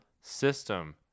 system